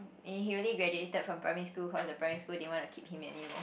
and he only graduated from primary school because the primary school didn't want to keep him anymore